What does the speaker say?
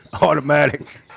automatic